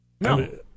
No